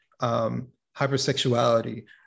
hypersexuality